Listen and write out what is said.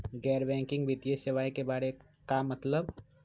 गैर बैंकिंग वित्तीय सेवाए के बारे का मतलब?